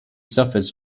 suffers